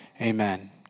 Amen